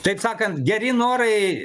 taip sakant geri norai